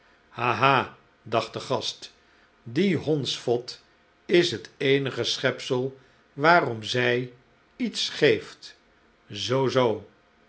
ha dacht de gast die hondsvot is het eenige schepsel waarom zij iets geeft zoo zoo